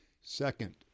Second